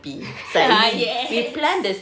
ah yes